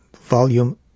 Volume